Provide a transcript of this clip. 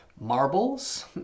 Marbles